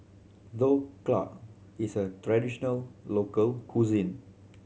dhokla is a traditional local cuisine